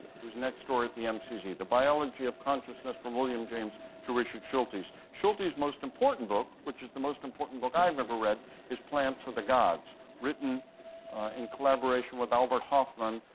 who's next door at the um mcz, the biology of consciousness from william james to richard schultes. schultes' most important book which is the most important book i've ever read is plants of the gods written in collaboration with albert hoffman,